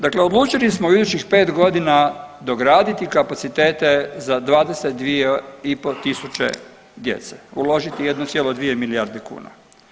Dakle, odlučili smo idućih 5.g. dograditi kapacitete za 22,5 tisuće djece, uložiti 1,2 milijarde kuna.